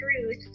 truth